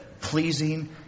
pleasing